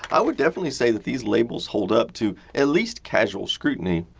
i would definitely say that these labels hold up to at least casual scrutiny.